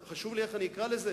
חשוב לי איך אני אקרא לזה?